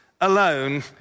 alone